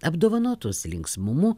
apdovanotos linksmumu